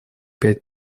пять